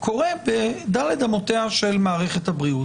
קורה בדל"ת אמותיה של מערכת הבריאות.